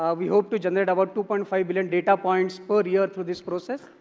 ah we hope to generate about two point five billion data points per year through this process.